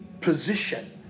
position